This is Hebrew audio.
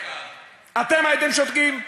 אתם הייתם שותקים?